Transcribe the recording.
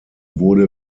wurde